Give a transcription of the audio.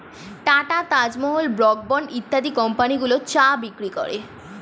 tata, Taj Mahal, Brooke Bond ইত্যাদি কোম্পানিগুলো চা বিক্রি করে